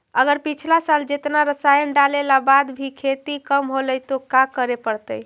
अगर पिछला साल जेतना रासायन डालेला बाद भी खेती कम होलइ तो का करे पड़तई?